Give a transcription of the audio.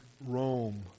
rome